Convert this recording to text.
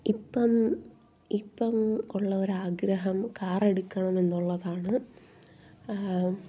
ഇപ്പം ഇപ്പം ഉള്ള ഒരാഗ്രഹം കാറെടുക്കണം എന്നുള്ളതാണ്